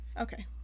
Okay